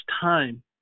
time